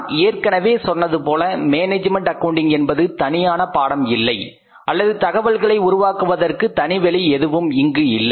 நான் ஏற்கனவே சொன்னது போல மேனேஜ்மெண்ட் அக்கவுண்டிங் என்பது தனியான பாடம் இல்லை அல்லது தகவல்களை உருவாக்குவதற்கு தனி வழி எதுவும் அங்கு இல்லை